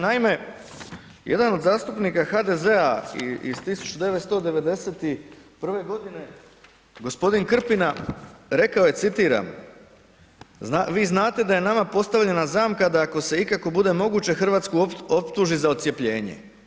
Naime, jedan od zastupnika HDZ-a iz 1991. godine g. Krpina rekao je, citiram, vi znate da je nama postavljena zamka da ako se ikako bude moguće, Hrvatsku optuži za ocijepljenje.